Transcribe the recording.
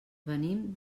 venim